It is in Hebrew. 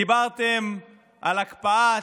דיברתם על הקפאת הארנונות,